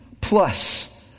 plus